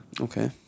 okay